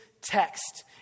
text